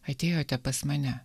atėjote pas mane